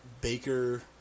baker